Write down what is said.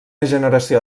generació